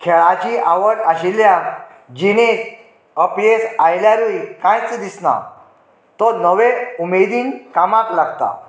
खेळाची आवड आशिल्ल्यांक जिणेंत अपयेस आयल्यारूय कांयच दिसना तो नवे उमेदीन कामाक लागता